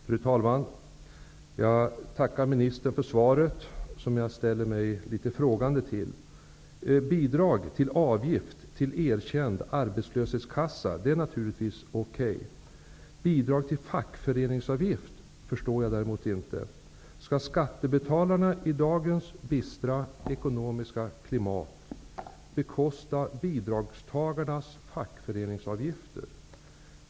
Fru talman! Jag tackar ministern för svaret, men jag ställer mig litet frågande till det. Bidrag till avgift till erkänd arbetslöshetskassa är naturligtvis okej. Bidrag till fackföreningsavgift förstår jag däremot inte. Skall skattebetalarna i dagens bistra ekonomiska klimat bekosta bidragstagarnas fackföreningsavgifter?